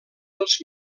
els